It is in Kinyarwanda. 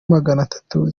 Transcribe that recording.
maganatatu